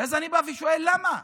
אני בא ושואל: למה?